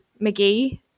McGee